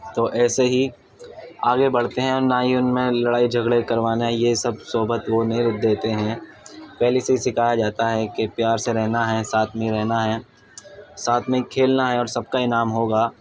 تو ایسے ہی آگے بڑھتے ہیں اور نہ ہی ان میں لڑائی جھگڑے کروانا یہ سب صحبت وہ نہیں دیتے ہیں پہلے سے ہی سکھایا جاتا ہے کہ پیار سے رہنا ہے ساتھ میں رہنا ہے ساتھ میں کھیلنا ہے اور سب کا انعام ہوگا